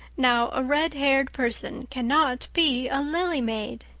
now, a red-haired person cannot be a lily maid.